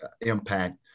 impact